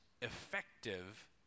effective